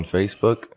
Facebook